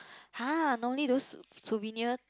!huh! no need those souvenir